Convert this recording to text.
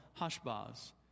Hashbaz